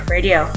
Radio